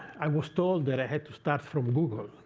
i was told that i had to start from google.